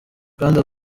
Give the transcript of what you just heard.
kandi